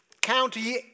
county